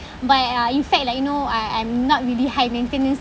but uh inside like you know I I'm not really high maintenance